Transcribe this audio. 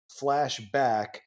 flashback